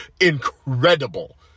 incredible